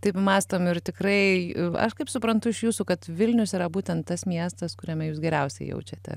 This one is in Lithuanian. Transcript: taip mąstom ir tikrai aš kaip suprantu iš jūsų kad vilnius yra būtent tas miestas kuriame jūs geriausiai jaučiate